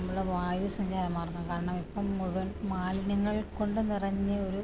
ഇവിടെ വായു സഞ്ചാരമാർഗ്ഗം കാരണം ഇപ്പം മുഴുവൻ മാലിന്യങ്ങൾ കൊണ്ട് നിറഞ്ഞ ഒരു